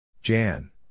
Jan